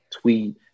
tweet